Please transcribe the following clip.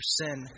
sin